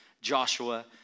Joshua